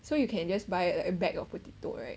so you can just buy a bag of potato right